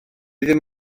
ddim